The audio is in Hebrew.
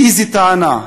באיזו טענה?